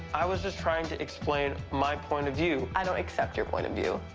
i was just trying to explain my point of view. i don't accept your point of view.